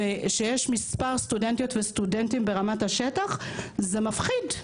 וכשיש מספר סטודנטים וסטודנטיות בשטח זה מפחיד.